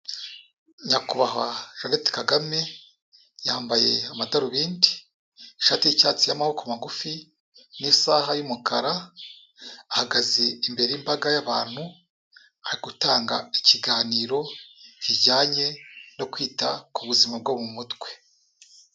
Nyakubahwa Jeannette Kagame, yambaye amadarubindi, ishati y'icyatsi y'amaboko magufi, n'isaha y'umukara, ahagaze imbere y'imbaga y'abantu, ari gutanga ikiganiro kijyanye no kwita ku buzima bwo mu mutwe.